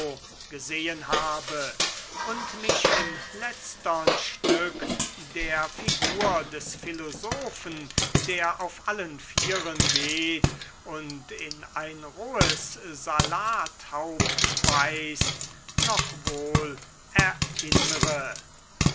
gesehen habe und mich im letztern stück der figur des philosophen der auf allen vieren geht und in ein rohes salathaupt beißt noch wohl erinnre